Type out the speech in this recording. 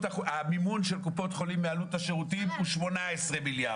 המימון של קופות החולים מעלות השירותים הוא 18 מיליארד,